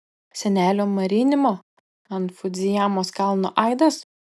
senelių marinimo ant fudzijamos kalno aidas